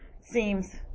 seems